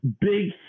big